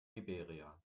liberia